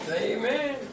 Amen